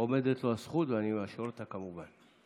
עומדת לו הזכות, ואני מאשר אותה, כמובן.